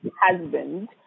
husband